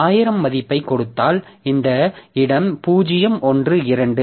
1000 மதிப்பை கொடுத்தால் இந்த இடம் 0 1 2